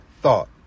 thought